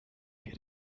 wir